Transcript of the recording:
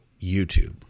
YouTube